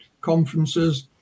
conferences